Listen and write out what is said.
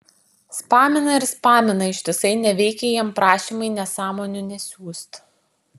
spamina ir spamina ištisai neveikia jam prašymai nesąmonių nesiųst